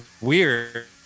weird